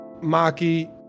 Maki